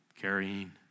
carrying